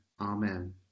Amen